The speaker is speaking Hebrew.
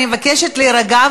אני מבקשת להירגע,